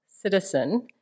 citizen